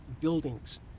buildings